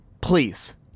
please